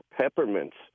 peppermints